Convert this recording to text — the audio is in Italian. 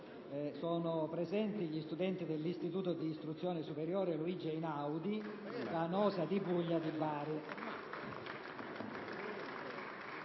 Sono presenti gli studenti dell'istituto di istruzione superiore «Luigi Einaudi» di Canosa di Puglia, in